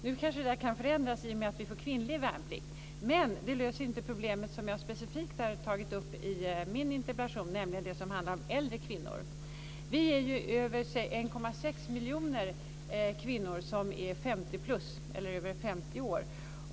Nu kanske det kan förändras i och med att vi får kvinnlig värnplikt, men det löser inte det problem som jag har tagit upp specifikt i min interpellation, nämligen det som handlar om äldre kvinnor. Vi är ju över 1,6 miljoner kvinnor som är 50-plus, alltså över 50 år.